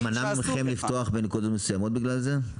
זה מנע מכם לפתוח בנקודות מסוימות בגלל זה?